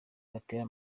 gatera